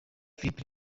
philippe